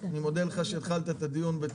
אני מודה לך שהתחלת את הדיון,